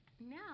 Now